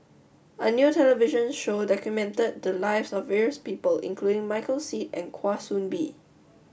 a new television show documented the lives of various people including Michael Seet and Kwa Soon Bee